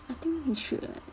I think he should eh